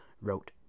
wrote